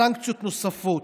סנקציות נוספות,